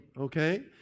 okay